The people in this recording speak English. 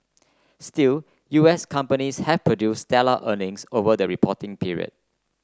still U S companies have produced stellar earnings over the reporting period